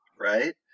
Right